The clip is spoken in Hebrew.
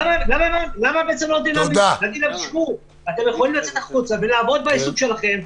למה לא אומרים להם: אתם יכולים לצאת החוצה ולעבוד בעיסוק שלכם.